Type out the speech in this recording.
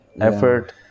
effort